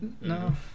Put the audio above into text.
no